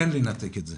כן לנתק את זה.